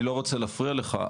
אני לא רוצה להפריע לך,